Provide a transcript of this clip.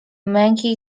męki